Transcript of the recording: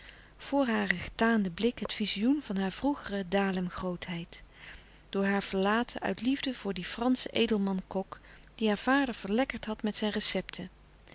hare getaanden blik het vizioen van haar vroegere dalem grootheid door haar verlaten uit liefde voor dien franschen edelman kok die haar vader verlekkerd had met zijn recepten